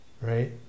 right